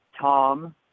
Tom